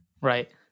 Right